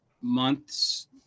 months